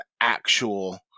actual